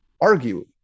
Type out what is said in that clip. argue